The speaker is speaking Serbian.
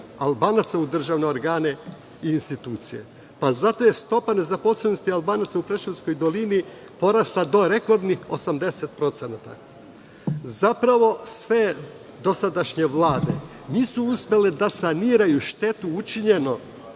Albanaca u državne organe i institucije. Zato je stopa nezaposlenosti Albanaca u Preševskoj dolini porasla do rekordnih 80%, zapravo sve dosadašnje vlade nisu uspele da saniraju štetu učinjenu